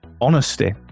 honesty